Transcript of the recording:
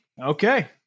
okay